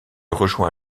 rejoint